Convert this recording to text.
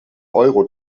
euro